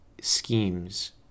schemes